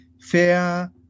fair